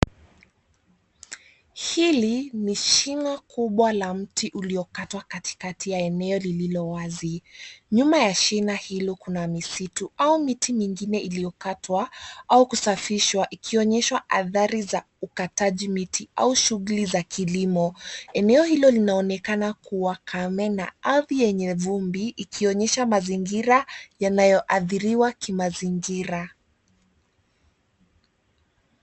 Hili ni shing'o kubwa la mti uliokatwa katikati ya eneo lililo wazi. Nyuma ya shina hilo kuna misitu au miti mingine iliyokatwa au kusafishwa, ikionyeshwa athari za ukataji miti au shughuli za kilimo. Eneo hilo linaonekana kuwa kame na ardhi yenye vumbi, ikionyesha mazingira yanayoathiriwa kimazingira.